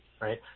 right